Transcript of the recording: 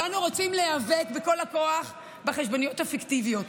כולנו רוצים להיאבק בכל הכוח בחשבוניות הפיקטיביות.